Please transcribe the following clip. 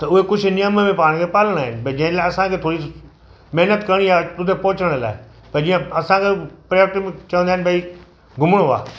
त उहे कुझु नियम में पाण खे पालना आहिनि भई जंहिं लाइ असांखे थोरी सी महिनत करिणी आहे हुते पहुचण लाइ भई जीअं असांखे पर्यटक चवंदा इन भई घुमिणो आहे